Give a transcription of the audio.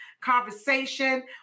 conversation